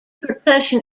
percussion